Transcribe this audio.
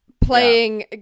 playing